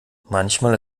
manchmal